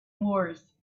moors